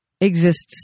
exists